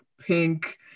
pink